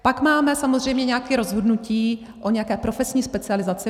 Pak máme samozřejmě nějaké rozhodnutí o nějaké profesní specializaci.